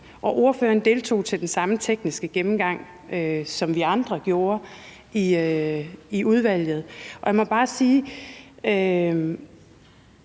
og ordføreren deltog til den samme tekniske gennemgang, som vi andre gjorde, i udvalget, og jeg må bare sige,